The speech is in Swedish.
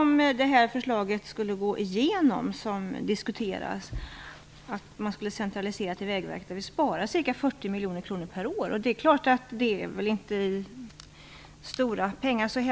Om det förslag som diskuteras gick igenom skulle det innebära en centralisering till Vägverket. Ca 40 miljoner kronor per år skulle då